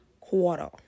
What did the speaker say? quarter